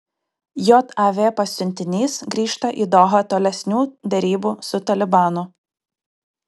jav pasiuntinys grįžta į dohą tolesnių derybų su talibanu